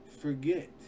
forget